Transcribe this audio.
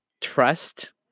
trust